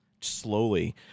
Slowly